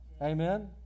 amen